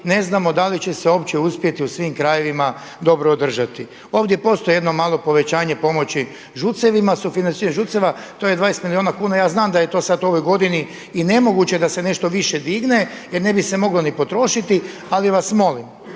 ne znamo da li će se uopće uspjeti u svim krajevima dobro održati. Ovdje postoji jedno malo povećanje pomoći ŽUC-evim sufinanciranje ŽUC-eva to je 20 milijuna kuna. Ja znam da je to sada u ovoj godini i nemoguće da se nešto više digne jer ne bi se moglo ni potrošiti, ali vas molim